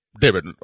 David